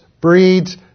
breeds